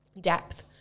depth